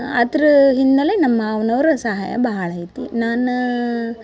ಅದ್ರ ಹಿನ್ನಲೆ ನಮ್ಮ ಮಾವ್ನೋರು ಸಹಾಯ ಬಹಳೈತಿ ನಾನು